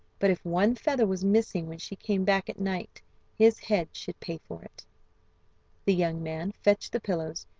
but if one feather was missing when she came back at night his head should pay for it the young man fetched the pillows,